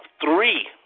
three